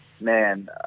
man